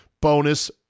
bonus